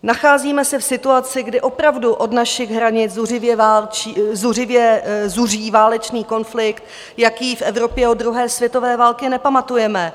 Nacházíme se v situaci, kdy opravdu od našich hranic zuřivě zuří válečný konflikt, jaký v Evropě od druhé světové války nepamatujeme.